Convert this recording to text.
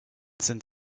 sind